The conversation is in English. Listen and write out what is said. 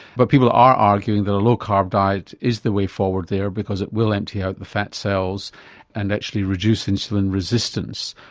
but people are arguing that a low carb diet is the way forward there because it will empty out the fat cells and actually reduce insulin resistance.